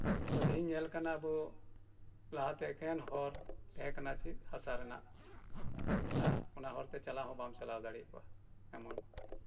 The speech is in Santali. ᱛᱮᱦᱮᱧ ᱧᱮᱞ ᱞᱮᱠᱷᱟᱱ ᱞᱟᱦᱟᱛᱮ ᱟᱵᱚ ᱮᱠᱮᱱ ᱦᱚᱨ ᱛᱟᱦᱮᱸ ᱠᱟᱱᱟ ᱪᱮᱫ ᱦᱟᱥᱟ ᱨᱮᱱᱟᱜ ᱚᱱᱟ ᱦᱚᱨᱛᱮ ᱪᱟᱞᱟᱣ ᱦᱚᱸ ᱵᱟᱢ ᱪᱟᱞᱟᱣ ᱫᱟᱲᱮᱭᱟᱜᱼᱟ ᱮᱢᱚᱱ